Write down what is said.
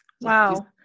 wow